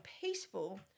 peaceful